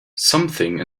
something